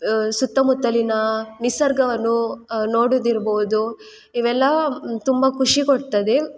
ಸುತ್ತಮುತ್ತಲಿನ ನಿಸರ್ಗವನ್ನು ನೋಡೋದಿರ್ಬೋದು ಇವೆಲ್ಲ ತುಂಬ ಖುಷಿಕೊಡ್ತದೆ